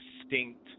distinct